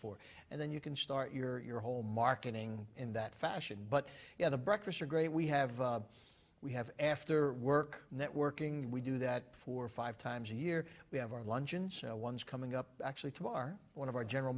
for and then you can start your whole marketing in that fashion but yeah the breakfast are great we have we have after work networking we do that four five times a year we have our luncheon ones coming up actually to our one of our general